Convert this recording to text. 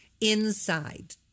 inside